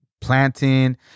planting